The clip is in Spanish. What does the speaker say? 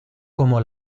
como